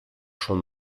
schon